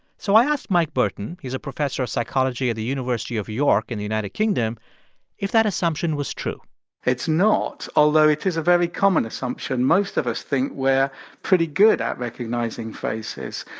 so i asked mike burton he's a professor of psychology at the university of york in the united kingdom if that assumption was true it's not, although it is a very common assumption. most of us think we're pretty good at recognizing faces.